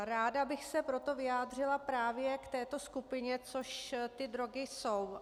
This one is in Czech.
Ráda bych se proto vyjádřila právě k této skupině, což drogy jsou.